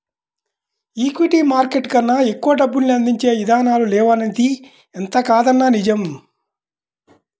equity market కన్నా ఎక్కువ డబ్బుల్ని అందించే ఇదానాలు లేవనిది ఎంతకాదన్నా నిజం